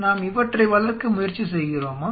நாம் இவற்றை வளர்க்க முயற்சி செய்கிறோமா